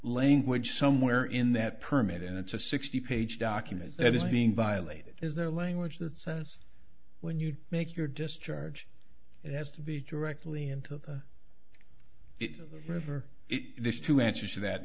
language somewhere in that permit and it's a sixty page document that is being violated is there language that says when you make your discharge it has to be directly into the river is two answers to that